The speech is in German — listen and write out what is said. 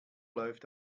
läuft